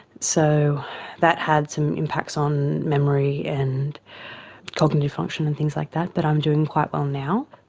so that had some impacts on memory and cognitive function and things like that but i'm doing quite well now.